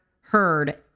heard